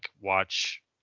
watch